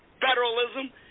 federalism